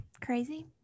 crazy